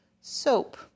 soap